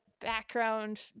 background